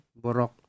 borok